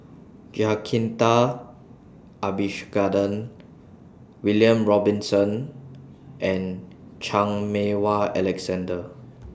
Jacintha Abisheganaden William Robinson and Chan Meng Wah Alexander